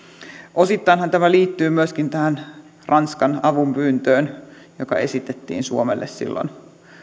osittainhan tämä liittyy myöskin tähän ranskan avunpyyntöön joka esitettiin suomelle silloin